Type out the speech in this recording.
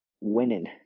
winning